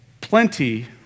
plenty